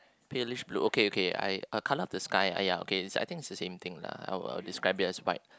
palish blue okay okay I I cut out the sky !aiya! okay I think it's the same thing lah I would describe it as white